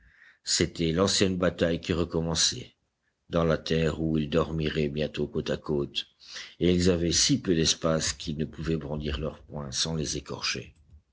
c'était l'ancienne bataille qui recommençait dans la terre où ils dormiraient bientôt côte à côte et ils avaient si peu d'espace qu'ils ne pouvaient brandir leurs poings sans les écorcher